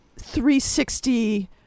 360